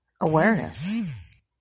Awareness